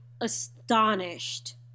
astonished